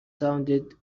sounded